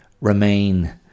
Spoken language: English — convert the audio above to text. remain